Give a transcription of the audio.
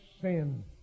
sin